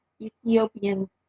Ethiopians